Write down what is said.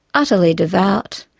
utterly devout,